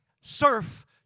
surf